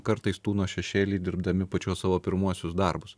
kartais tūno šešėly dirbdami pačius savo pirmuosius darbus